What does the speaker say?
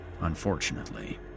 Unfortunately